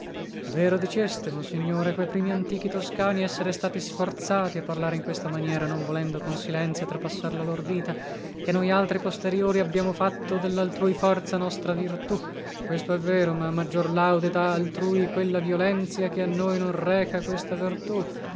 pelle vero diceste monsignore que primi antichi toscani essere stati sforzati a parlare in questa maniera non volendo con silenzio trapassar la lor vita e che noi altri posteriori abbiamo fatto dellaltrui forza nostra virtù questo è vero ma maggior laude dà altrui quella violenzia che a noi non reca questa vertù